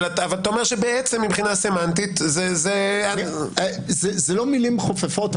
אבל אתה אומר שבעצם מבחינה סמנטית --- זה לא מילים חופפות,